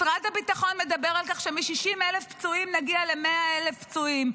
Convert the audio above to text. משרד הביטחון מדבר על כך שמ-60,000 פצועים נגיע ל-100,000 פצועים.